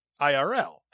IRL